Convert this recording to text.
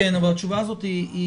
התשובה הזאת מאוד